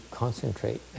concentrate